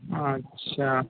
अच्छा